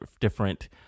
different